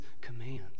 commands